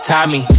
Tommy